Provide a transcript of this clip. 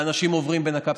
ואנשים עוברים בין הקפסולות.